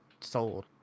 sold